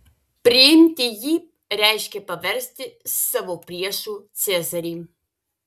priimti jį reiškė paversti savo priešu cezarį